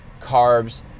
carbs